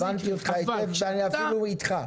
הבנו, הבנתי אותך היטב ואני אפילו איתך.